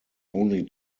only